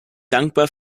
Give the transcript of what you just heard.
dankbar